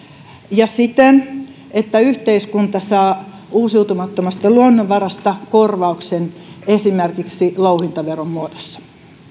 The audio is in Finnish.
ja siten että yhteiskunta saa uusiutumattomasta luonnonvarasta korvauksen esimerkiksi louhintaveron muodossa